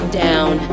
down